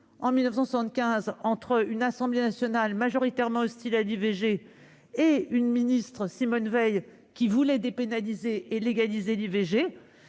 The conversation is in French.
de 1975, entre une Assemblée nationale majoritairement hostile à l'IVG et une ministre, Simone Veil, qui voulait la dépénaliser et la légaliser.